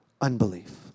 unbelief